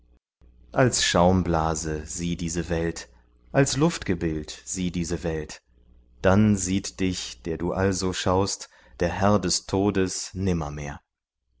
als schaumblase sieh diese welt als luftgebild sieh diese welt dann sieht dich der du also schaust der herr des todes